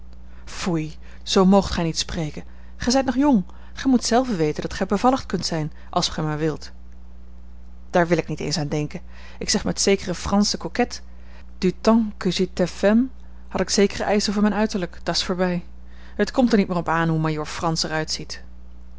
foei zoo moogt gij niet spreken gij zijt nog jong gij moet zelve weten dat gij bevallig kunt zijn als gij maar wilt daar wil ik niet eens aan denken ik zeg met zekere fransche coquette du temps que j'étais femme had ik zekere eischen voor mijn uiterlijk dat's voorbij het komt er niet meer op aan hoe majoor frans